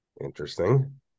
Interesting